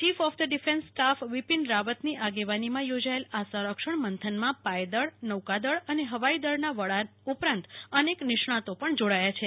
chief of the defence staff Bipin રાવતની આગેવાનીમાં યોજાયેલા આ સંરક્ષણ મંથનમાં પાય દળ નૌકાદળ અને હવાઈ દળના વડાની ઉપરાંત અનેક નિષ્ણાંતો પણ જોડાયા છે